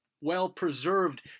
well-preserved